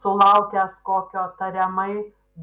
sulaukęs kokio tariamai